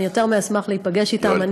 אני יותר מאשמח להיפגש אתם.